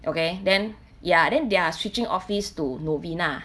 okay then ya then they're switching office to novena